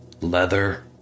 Leather